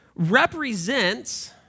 represents